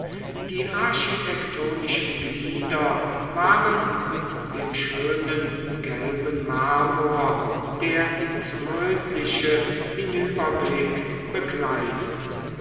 die architektonischen glieder waren mit dem schönen gelben marmor der ins rötliche hinüberblickt bekleidet